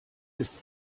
ist